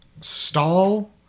stall